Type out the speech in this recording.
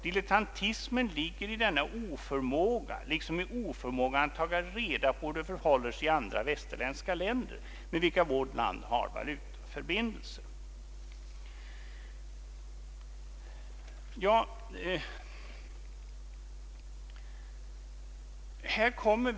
Dilettantismen ligger i denna oförmåga liksom i oförmågan att ta reda på hur det förhåller sig i andra västerländska stater med vilka vårt land har valutaförbindelser.